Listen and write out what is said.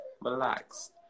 relaxed